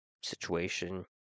situation